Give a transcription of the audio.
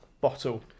bottle